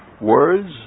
Words